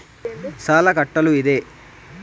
ಸಾಲ ಕಟ್ಟಲು ಇದೆ